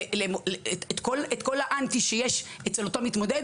ואת כל האנטי שיש אצל אותו מתמודד.